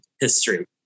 history